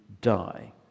die